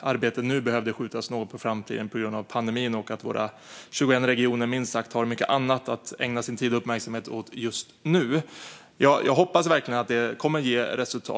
arbetet behövde skjutas något på framtiden på grund av pandemin. Våra 21 regioner har minst sagt mycket annat att ägna sin tid och uppmärksamhet åt just nu. Jag hoppas verkligen att det kommer att ge resultat.